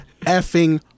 effing